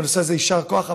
ובנושא הזה יישר כוח.